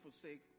forsake